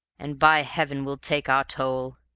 and by heaven we'll take our toll!